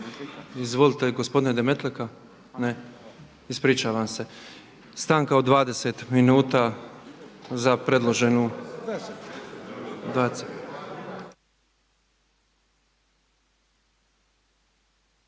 Izvolite gospodine Demetlika. Ne. Ispričavam se. Stanka od 20 minuta. STANKA U 9,40 SATI.